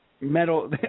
Metal